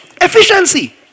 Efficiency